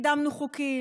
קידמנו חוקים.